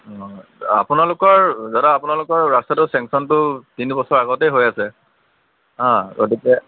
হয় আপোনালোকৰ দাদা আপোনালোকৰ ৰাস্তাটোৰ চেংচনটো তিনিবছৰ আগতেই হৈ আছে অঁ গতিকে